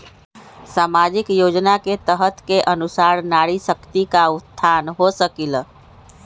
सामाजिक योजना के तहत के अनुशार नारी शकति का उत्थान हो सकील?